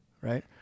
right